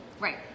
Right